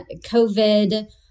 COVID